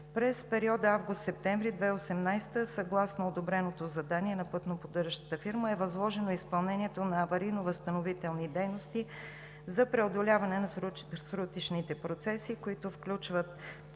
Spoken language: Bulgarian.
месеците август-септември 2018 г. съгласно одобреното задание на пътно-поддържащата фирма е възложено изпълнението на аварийно-възстановителни дейности за преодоляване на срутищните процеси, които включват: